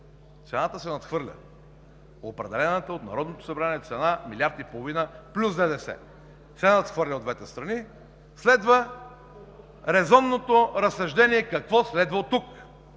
цената се надхвърля – определената от Народното събрание цена милиард и половина плюс ДДС се надхвърля от двете страни, следва резонното разсъждение: какво следва от тук?